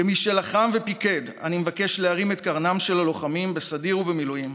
כמי שלחם ופיקד אני מבקש להרים את קרנם של הלוחמים בסדיר ובמילואים